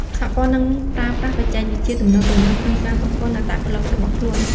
សហព័ន្ធនឹងប្រើប្រាស់បច្ចេកវិទ្យាទំនើបៗក្នុងការហ្វឹកហ្វឺនអត្តពលិករបស់ខ្លួន។